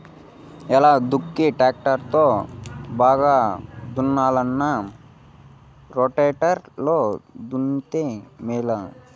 ఎలా దుక్కి టాక్టర్ లో బాగా దున్నవచ్చునా రోటివేటర్ లో దున్నితే మేలా?